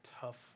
tough